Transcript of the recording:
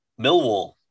Millwall